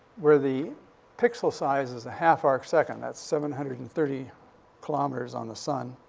where the pixel size is a half arc second, that's seven hundred and thirty kilometers on the sun.